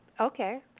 Okay